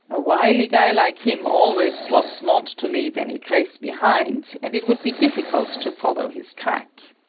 a wily guy like him always plots not to leave any trace behind, and it would be difficult to follow his track.